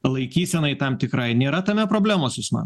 laikysenai tam tikrai nėra tame problemos jūs manot